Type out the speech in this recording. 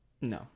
No